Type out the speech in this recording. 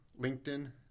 LinkedIn